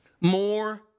More